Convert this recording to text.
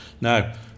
now